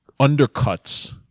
undercuts